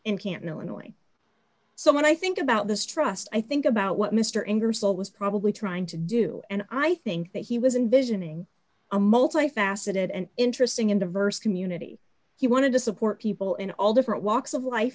in can't no annoying so when i think about this trust i think about what mr ingersoll was probably trying to do and i think that he was envisioning a multi faceted and interesting and diverse community he wanted to support people in all different walks of life